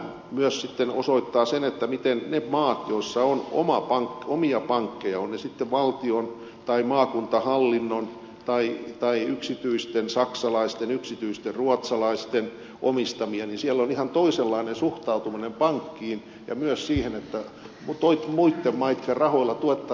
tämä myös sitten osoittaa sen miten niissä maissa joissa on omia pankkeja ovat ne sitten valtion tai maakuntahallinnon tai yksityisten saksalaisten yksityisten ruotsalaisten omistamia on ihan toisenlainen suhtautuminen pankkiin ja myös siihen että muitten maitten rahoilla tuettaisiin meidän pankkeja